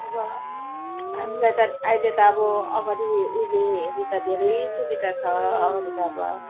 अब हामीलाई त अहिले त अब अगाडि उहिले हेरी त धेरै सुविधा छ अगाडि त अब